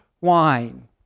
wine